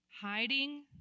hiding